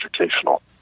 educational